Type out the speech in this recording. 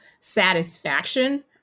satisfaction